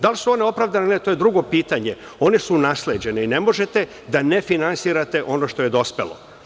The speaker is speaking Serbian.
Da li su one opravdane ili ne, to je drugo pitanje, one su nasleđene i ne možete da ne finansirate ono što je dospelo.